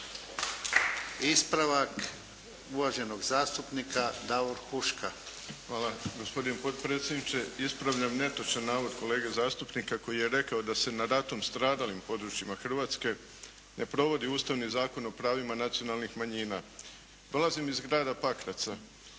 Ispravak uvaženog zastupnika Davor Huška. **Huška, Davor (HDZ)** Hvala. Gospodine potpredsjedniče. Ispravljam netočan navod kolege zastupnika koji je rekao da se na ratom stradalim područjima Hrvatske ne provodi Ustavni zakon o pravima nacionalnih manjina. Dolazim iz grada Pakraca